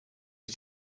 ist